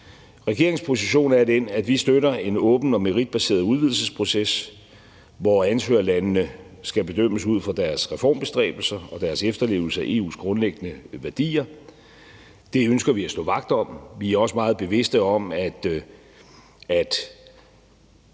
Regeringens position er den, at vi støtter en åben og meritbaseret udvidelsesproces, hvor ansøgerlandene skal bedømmes ud fra deres reformbestræbelser og deres efterlevelse af EU's grundlæggende værdier. Det ønsker vi at stå vagt om. Vi er også meget bevidste om, at